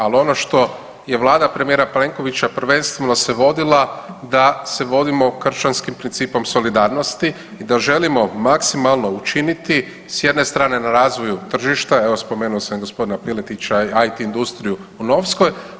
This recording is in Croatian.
Ali ono što je Vlada premijera Plenkovića prvenstveno se vodila da se vodimo kršćanskim principom solidarnosti i da želimo maksimalno učiniti s jedne strane na razvoju tržišta, evo spomenuo sam i gospodina Piletića, IT industriju u Novskoj.